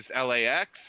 LAX